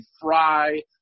Fry